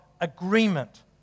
agreement